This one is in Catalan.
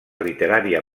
literària